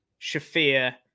shafir